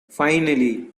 finally